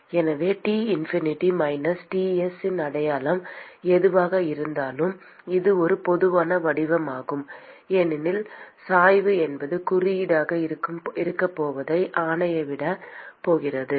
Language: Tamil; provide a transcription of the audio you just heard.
எனவே T இன்ஃபினிட்டி மைனஸ் Ts இன் அடையாளம் எதுவாக இருந்தாலும் இது ஒரு பொதுவான வடிவமாகும் ஏனெனில் சாய்வு என்பது குறியீடாக இருக்கப் போவதை ஆணையிடப் போகிறது